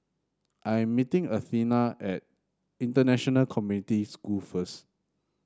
I am meeting Athena at International Community School first